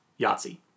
Yahtzee